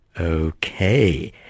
Okay